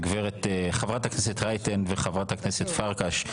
חברת הכנסת רייטן וחברת הכנסת פרקש,